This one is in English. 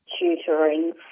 tutoring